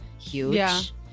huge